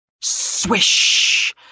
swish